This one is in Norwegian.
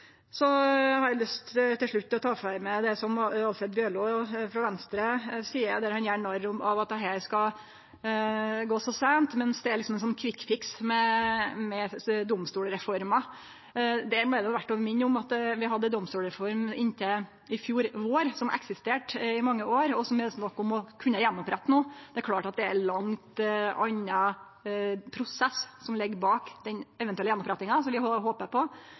har eg lyst til å ta for meg det Alfred Bjørlo frå Venstre seier, der han gjer narr av at dette skal gå så seint, mens det liksom er ein kvikkfiks med domstolsreforma. Der er det verdt å minne om at vi hadde ei domstolsordning inntil i fjor vår, som har eksistert i mange år, og som det no er snakk om å kunne gjenopprette. Det er klart at det er ein heilt annan prosess som ligg bak den eventuelle gjenopprettinga, som vi håper på,